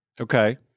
Okay